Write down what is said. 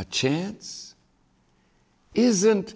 a chance isn't